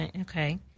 okay